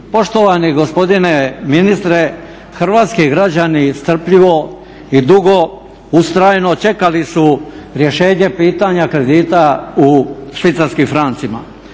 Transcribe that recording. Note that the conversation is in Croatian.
Poštovani gospodine ministre hrvatski građani strpljivo i dugo, ustrajno čekali su rješenje pitanja kredita u švicarskim francima.